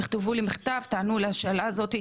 תכתבו לי מכתב עם תשובה לשאלה הזאת,